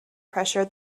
pressure